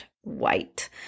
white